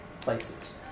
places